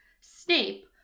Snape